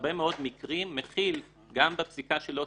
בהרבה מאוד מקרים מחיל גם בפסיקה שלו,